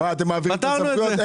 אתם מעבירים סמכויות?